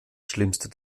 schlimmste